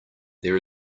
there